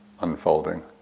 unfolding